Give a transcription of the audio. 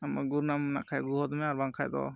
ᱟᱢ ᱟᱹᱜᱩ ᱨᱮᱱᱟᱜ ᱢᱮᱱᱟᱜ ᱠᱷᱟᱡ ᱟᱹᱜᱩ ᱦᱚᱫ ᱢᱮ ᱟᱨ ᱵᱟᱝ ᱠᱷᱟᱡ ᱫᱚ